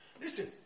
Listen